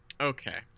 Okay